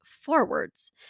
forwards